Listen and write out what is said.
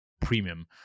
premium